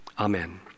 Amen